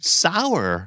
sour